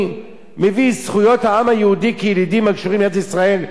"זכות העם היהודי כילידים הקשורים לארץ-ישראל,